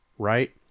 Right